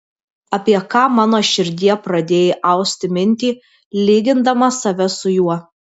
apie ką mano širdie pradėjai austi mintį lygindama save su juo